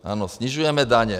Ano, snižujeme daně.